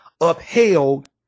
upheld